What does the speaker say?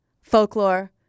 Folklore